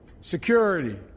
security